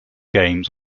games